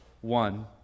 one